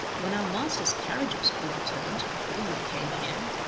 when our master's carriage was overturned, before you came here,